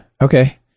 Okay